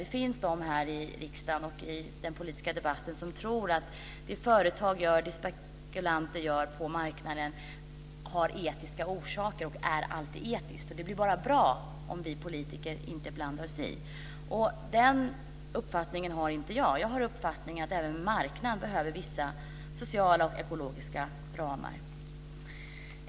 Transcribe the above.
Det finns de här i riksdagen och i den politiska debatten som tror att det som företag gör och det som spekulanter gör på marknaden har etiska orsaker och alltid är etiskt. Det blir bara bra om vi politiker inte blandar oss i, anser de. Den uppfattningen har inte jag. Jag har uppfattningen att även marknaden behöver vissa sociala och ekologiska ramar.